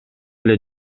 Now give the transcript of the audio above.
эле